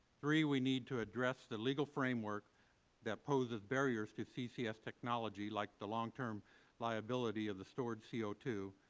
three, we need to address the legal framework that poses barriers to ccs technology, like the long-term viability of the stored c o two.